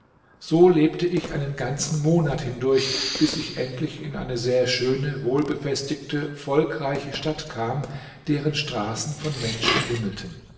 so lebte ich einen ganzen monat hindurch bis ich endlich in eine sehr schöne wohlbefestigte volkreiche stadt kam deren straßen von menschen wimmelten